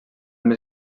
més